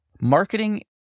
Marketing